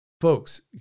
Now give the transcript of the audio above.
folks